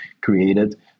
created